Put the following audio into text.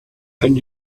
and